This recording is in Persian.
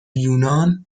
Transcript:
یونان